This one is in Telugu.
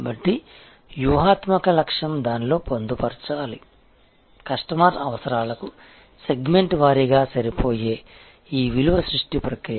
కాబట్టి వ్యూహాత్మక లక్ష్యం దానిలో పొందుపరచాలి కస్టమర్ అవసరాలకు సెగ్మెంట్ వారీగా సరిపోయే ఈ విలువ సృష్టి ప్రక్రియ